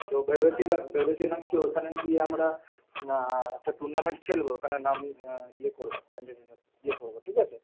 তো ভেবেছিলাম ভেবেছিলাম কি ওইখানে গিয়ে আমরা একটা টুর্নামেন্ট খেলব ওখানে নাম ইয়ে করব ক্যান্ডিডেট ইয়ে করব ঠিক আছে